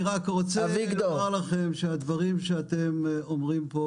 אני רק רוצה לומר לכם שהדברים שאתם אומרים פה,